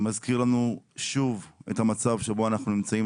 מזכיר לנו שוב את המצב שבו אנחנו נמצאים,